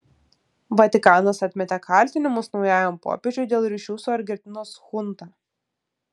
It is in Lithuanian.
vatikanas atmetė kaltinimus naujajam popiežiui dėl ryšių su argentinos chunta